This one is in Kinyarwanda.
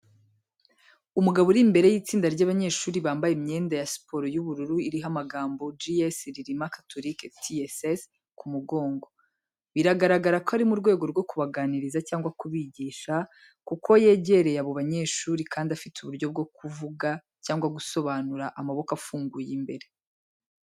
Umugabo uri imbere y’itsinda ry’abanyeshuri bambaye imyenda ya siporo y’ubururu iriho amagambo, G.S RILIMA CATHOLIQUE TSS ku mugongo. Biragaragara ko ari mu rwego rwo kubaganiriza cyangwa kubigisha, kuko yegereye abo banyeshuri, kandi afite uburyo bwo kuvuga cyangwa gusobanura, amaboko afunguye imbere.